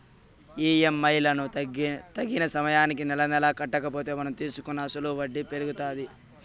EMI లను తగిన సమయానికి నెలనెలా కట్టకపోతే మనం తీసుకున్న అసలుకి వడ్డీ పెరుగుతాది